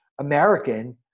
American